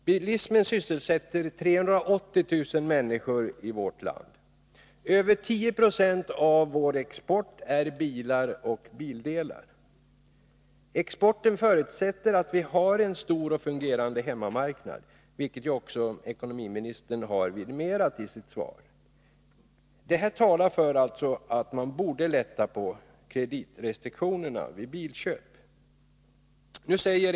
Bilismen sysselsätter 380 000 människor i vårt land. Över 10 96 av vår export utgörs av bilar och bildelar. Exporten förutsätter att vi har en stor och fungerande hemmamarknad, vilket ju också ekonomiministern har vidimerat i sitt svar. Detta talar för att man borde lätta på kreditrestriktionerna vid bilköp.